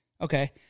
okay